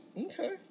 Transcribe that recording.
Okay